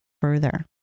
further